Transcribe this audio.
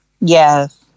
Yes